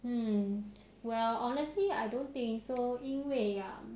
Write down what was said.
mm well honestly I don't think so 因为啊